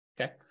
Okay